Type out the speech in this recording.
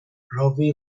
brofi